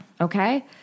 Okay